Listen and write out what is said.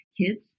kids